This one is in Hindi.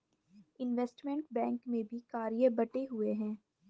इनवेस्टमेंट बैंक में भी कार्य बंटे हुए हैं